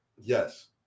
Yes